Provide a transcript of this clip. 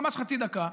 ממש חצי דקה,